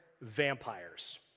Vampires